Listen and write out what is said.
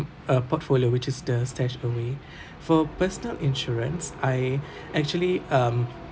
uh portfolio which is the StashAway for personal insurance I actually um